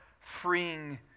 freeing